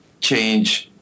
change